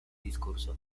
discurso